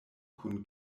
kun